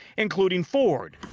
including ford,